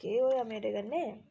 केह् होआ मेरे कन्नै